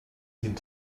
jeden